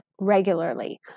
regularly